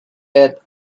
earth